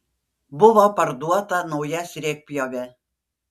buvo parduota nauja sriegpjovė